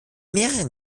mehreren